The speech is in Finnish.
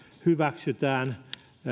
hyväksytään